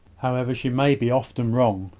however she may be often wrong.